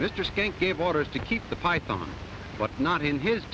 mr skank gave orders to keep the python but not in his